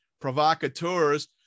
provocateurs